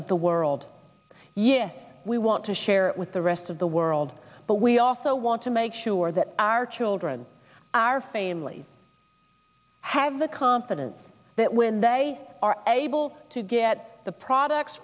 of the world yes we want to share with the rest of the world but we also want to make sure that our children our families have the confidence that when they are able to get the products